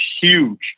huge